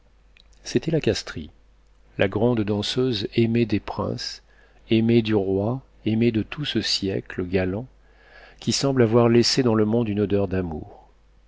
c'était la castris la grande danseuse aimée des princes aimée du roi aimée de tout ce siècle galant qui semble avoir laissé dans le monde une odeur d'amour